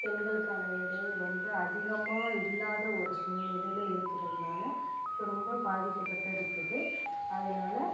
பெண்களுக்கான வேலை ரொம்ப அதிகமாக இல்லாத ஒரு சூழ்நிலையில் இருக்கிறதுனால இப்போ ரொம்ப பாதிக்கப்பட்டு இருக்குது அதனால